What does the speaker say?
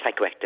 psychoactive